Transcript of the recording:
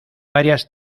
varias